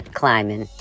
climbing